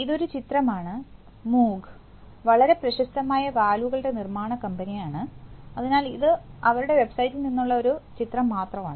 ഇതൊരു ചിത്രമാണ് മൂഗ് വളരെ പ്രശസ്തമായ വാൽവുകളുടെ നിർമ്മാണ കമ്പനിയാണ് അതിനാൽ ഇത് അവരുടെ വെബ്സൈറ്റിൽ നിന്നുള്ള ഒരു ചിത്രം മാത്രമാണ്